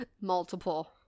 Multiple